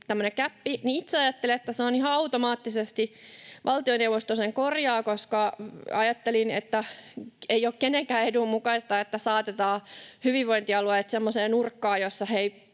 tämmöinen gäppi, niin itse silloin alun perin ajattelin, että ihan automaattisesti valtioneuvosto sen korjaa, koska ajattelin, että ei ole kenenkään edun mukaista, että saatetaan hyvinvointialueet semmoiseen nurkkaan, jossa ne